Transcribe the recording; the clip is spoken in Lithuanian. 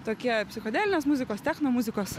tokie psichodelinės muzikos techno muzikos